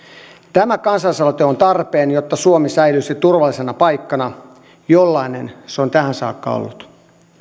tämä kansalaisaloite on tarpeen jotta suomi säilyisi turvallisena paikkana jollainen se on tähän saakka ollut